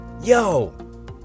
Yo